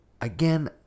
Again